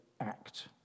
act